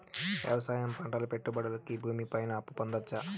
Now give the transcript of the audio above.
వ్యవసాయం పంటల పెట్టుబడులు కి భూమి పైన అప్పు పొందొచ్చా?